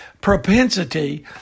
propensity